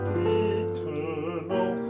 eternal